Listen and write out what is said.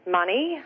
money